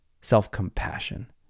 self-compassion